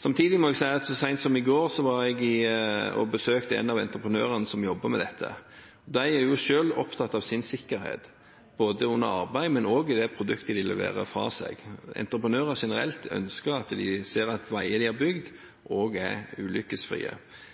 Samtidig må jeg si at jeg så sent som i går besøkte en av entreprenørene som jobber med dette. De er selv opptatt av sin sikkerhet, både under arbeidet og i det produktet de leverer fra seg. Entreprenører generelt ønsker å se at veier de har bygd, er ulykkesfrie.